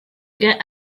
get